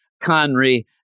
Conry